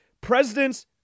Presidents